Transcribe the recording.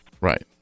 right